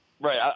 Right